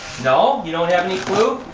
no? you don't have any clue?